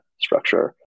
structure